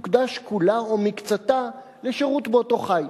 תוקדש כולה או מקצתה לשירות באותו חיל".